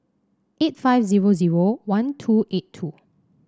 eight five zero zero one two eight two